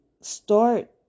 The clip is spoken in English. start